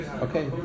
okay